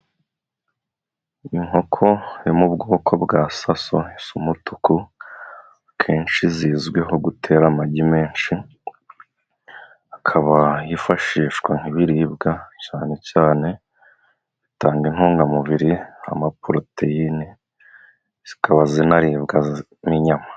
Inkoko yo mu bwoko bwa Saso isa n' umutuku, akenshi zizwiho gutera amagi menshi, akaba yifashishwa nk'ibiribwa cyane cyane bitanga intungamubiri, amaporoteyine, zikaba zinaribwa n'inyama.